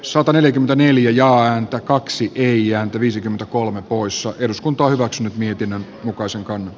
sataneljäkymmentäneljä ja häntä kaksi kirjaa viisikymmentäkolme poissa eduskunta hyväksynyt mietinnön mukaisen ca n